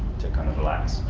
to kind of relax.